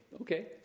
Okay